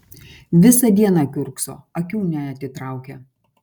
visą dieną kiurkso akių neatitraukia